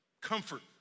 Comfort